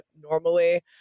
normally